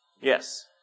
Yes